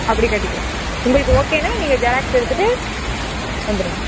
அப்படி கட்டிக்கிலாம் உங்களுக்கு ஓகேனால் நீங்கள் ஜெராக்ஸ் எடுத்துகிட்டு வந்துடுங்க